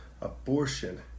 Abortion